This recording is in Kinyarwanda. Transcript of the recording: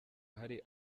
hari